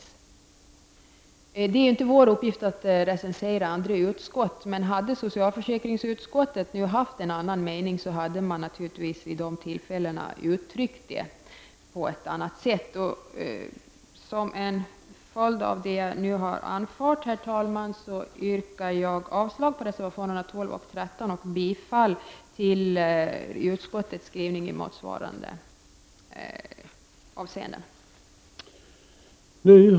Det är inte konstitutionsutskottets uppgift att recensera andra utskott, men om socialförsäkringsutskottet hade haft en annan mening, hade man naturligtvis vid dessa tillfällen uttryckt sig på ett annat sätt. Herr talman! Med det anförda yrkar jag avslag på reservationerna nr 12 och 13 samt bifall till utskottets skrivning i motsvarande del.